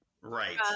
Right